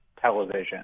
Television